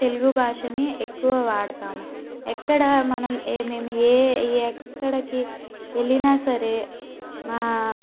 తెలుగు భాషను ఎక్కువ వాడతాము ఎక్కడ మనం ఏమేమి ఏ ఎక్కడకి వెళ్ళినా సరే మా